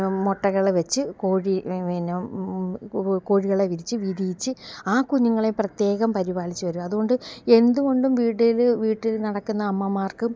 മുട്ടകൾ വെച്ച് കോഴി പിന്നെ കോഴികളെ വിരിച്ച് വിരിയിച്ച് ആ കുഞ്ഞുങ്ങളെ പ്രത്യേകം പരിപാലിച്ച് വരിക അതു കൊണ്ട് എന്തു കൊണ്ടും വീട്ടിൽ വീട്ടിൽ നടക്കുന്ന അമ്മമാർക്കും